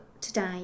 today